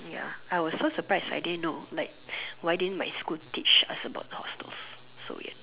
ya I was so surprise I didn't like why didn't my school teach us about hostel so weird